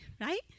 right